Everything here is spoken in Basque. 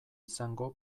izango